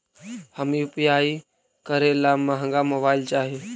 हम यु.पी.आई करे ला महंगा मोबाईल चाही?